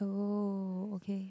oh okay